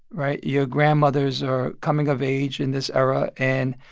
right? your grandmothers are coming of age in this era. and,